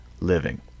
living